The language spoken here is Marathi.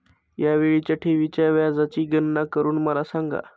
या वेळीच्या ठेवीच्या व्याजाची गणना करून मला सांगा